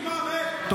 נגמר, היי.